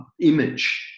image